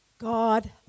God